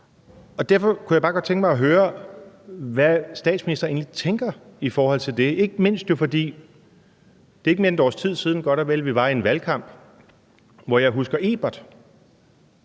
Derfor kunne jeg bare godt tænke mig at høre, hvad statsministeren egentlig tænker i forhold til det, ikke mindst fordi det ikke er mere end godt og vel et års tid siden, at vi var i en valgkamp, hvor jeg husker Ebert